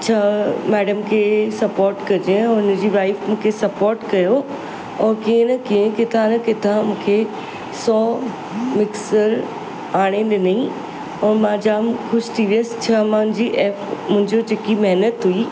छा मैडम खे सपोट कजे ऐं उनजी वाइफ मूंखे सपोट कयो ऐं कीअं न कीअं किथा न किथा मूंखे सौ मिक्सर आणे ॾिनई ऐं मां जाम ख़ुशि थी वियसि छा मुंहिंजी एफ मुंहिंजी जेकी महिनत हुई